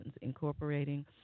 incorporating